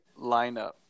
lineup